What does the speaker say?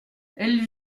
elle